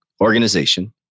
organization